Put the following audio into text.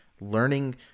learning